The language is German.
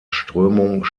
strömung